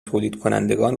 تولیدکنندگان